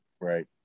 right